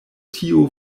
tio